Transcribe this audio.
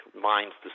minds